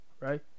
right